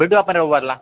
भेटू आपण रविवारला